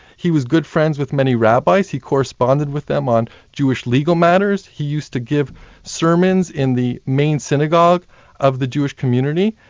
he was good friends with many rabbis, he corresponded with them on jewish legal matters, he used to give sermons in the main synagogue of the jewish community.